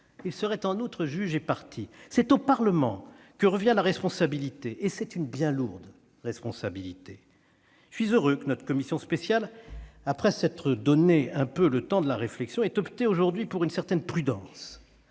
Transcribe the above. Ils seraient en outre juges et parties. C'est au Parlement que revient la responsabilité, et c'est une bien lourde responsabilité. Je suis heureux que notre commission spéciale, après s'être donné le temps de la réflexion, ait opté aujourd'hui pour une certaine prudence